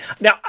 Now